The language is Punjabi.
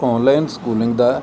online schooling the